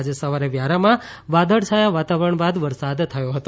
આજે સવારે વ્યારામાં વાદળછાયા વાતાવરણ બાદ વરસાદ થયો હતો